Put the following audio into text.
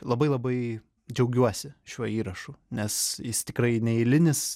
labai labai džiaugiuosi šiuo įrašu nes jis tikrai neeilinis